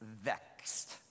vexed